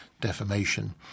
defamation